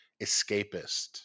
escapist